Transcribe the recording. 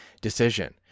decision